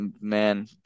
man